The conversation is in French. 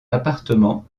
appartement